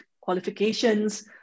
qualifications